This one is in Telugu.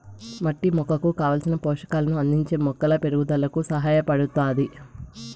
మట్టి మొక్కకు కావలసిన పోషకాలను అందించి మొక్కల పెరుగుదలకు సహాయపడుతాది